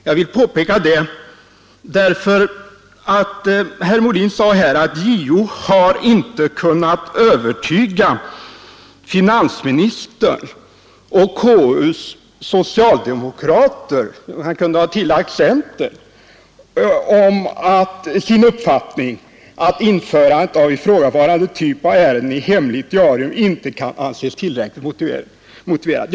Jag vill påpeka det därför att herr Molin här sade att JO inte har kunnat övertyga finansministern och KU:s socialdemokrater — och han kunde ha tillagt centern — om att införandet av ifrågavarande typ av ärenden i hemligt diarium inte kan anses tillräckligt motiverat.